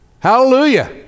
Hallelujah